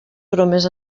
bromes